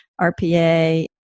RPA